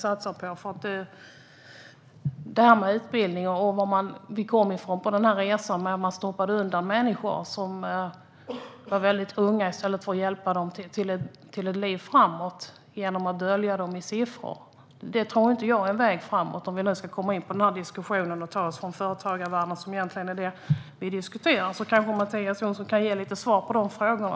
När det gäller utbildning stoppade man under resan undan unga människor i stället för att hjälpa dem till ett liv framåt genom att man dolde dem bakom siffror. Det tror jag inte är någon väg framåt. Det som vi diskuterar är egentligen företagarvärlden. Kanske Mattias Jonsson kan ge svar på de frågorna.